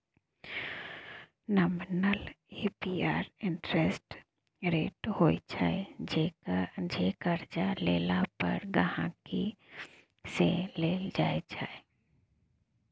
nominal APR interest rate होइ छै जे करजा लेला पर गांहिकी सँ लेल जाइ छै